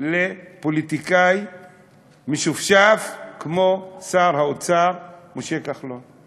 לפוליטיקאי משופשף כמו שר האוצר משה כחלון.